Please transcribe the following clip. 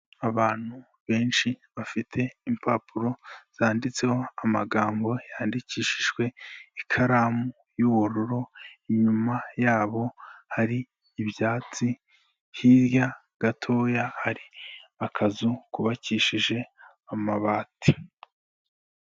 Abantu benshi bafite impapuro zanditseho amagambo yandikishijwe ikaramu y'ubururu inyuma yabo hari ibyatsi hirya gatoya hari akazu kubakishije amabati.